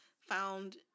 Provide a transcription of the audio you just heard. found